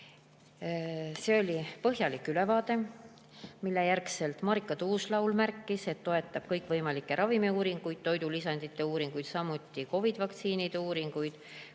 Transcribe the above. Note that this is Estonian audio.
See oli põhjalik ülevaade, mille järel Marika Tuus-Laul märkis, et ta toetab kõikvõimalikke ravimiuuringuid, toidulisandite uuringuid, samuti COVID‑i vaktsiinide uuringuid.